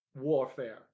warfare